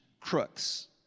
crooks